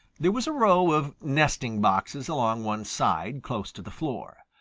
there was a row of nesting boxes along one side close to the floor.